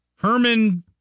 Herman